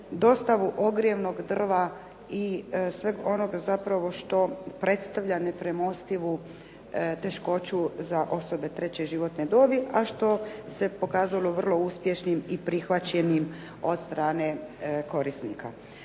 dostavu ogrjevnog drva i sveg onoga zapravo što predstavlja nepremostivu teškoću za osobe treće životne dobi, a što se pokazalo vrlo uspješnim i prihvaćenim od strane korisnika.